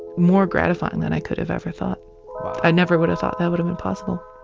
more gratifying than i could have ever thought i never would've thought that would've been possible